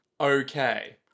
Okay